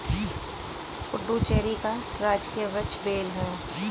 पुडुचेरी का राजकीय वृक्ष बेल है